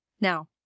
Now